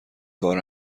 کار